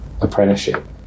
apprenticeship